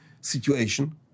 situation